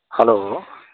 hello